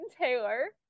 Taylor